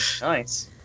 Nice